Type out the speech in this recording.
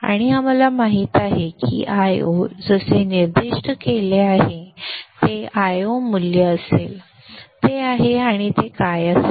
आणि आम्हाला माहित आहे की Io जसे निर्दिष्ट केले आहे ते Io मूल्य असेल ते आहे आणि ते काय असेल